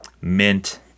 mint